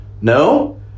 no